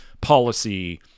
policy